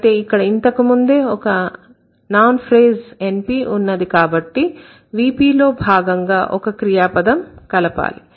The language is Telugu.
అయితే ఇక్కడ ఇంతకుముందే ఒక NP ఉన్నది కాబట్టి VPలో భాగంగా ఒక క్రియాపదం కలపాలి